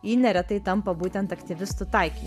ji neretai tampa būtent aktyvistų taikiniu